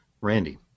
Randy